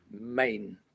main